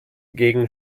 gegen